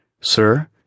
Sir